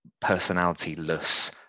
personality-less